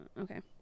Okay